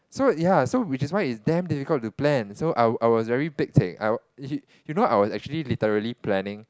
so ya so which is why it's damn difficult to plan so I I was very pek-cek you know I was actually literally planning